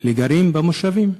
לגרים במושבים.